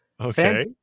Okay